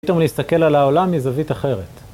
פתאום להסתכל על העולם מזווית אחרת.